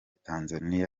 tanzania